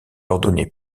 ordonné